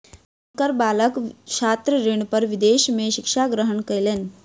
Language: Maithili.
हुनकर बालक छात्र ऋण पर विदेश में शिक्षा ग्रहण कयलैन